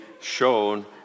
shown